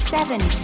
Seven